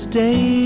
Stay